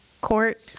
court